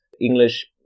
English